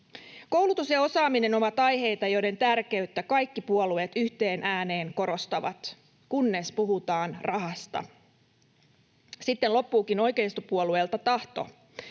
Koulutus ja osaaminen ovat aiheita, joiden tärkeyttä kaikki puolueet yhteen ääneen korostavat, kunnes puhutaan rahasta. Sitten loppuukin oikeistopuolueilta tahto.